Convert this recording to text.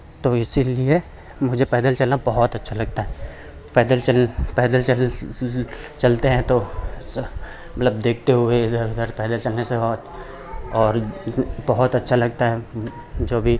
तो इसीलिए मुझे पैदल चलना बहुत अच्छा लगता है पैदल चल पैदल चल चलते हैं तो मतलब देखते हुए इधर उधर पैदल चलने से बहुत और बहुत अच्छा लगता है जो भी